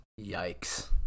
Yikes